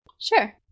Sure